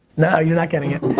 no, you're not getting it.